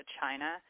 China